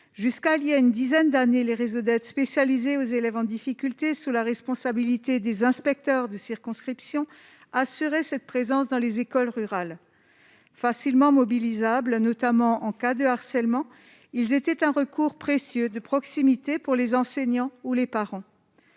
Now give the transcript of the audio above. jusqu'à il y a une dizaine d'années, les réseaux d'aides spécialisées aux élèves en difficulté sur la responsabilité des inspecteurs de circonscriptions assurer cette présence dans les écoles rurales facilement mobilisable, notamment en cas de harcèlement, ils étaient un recours précieux de proximité pour les enseignants ou les parents,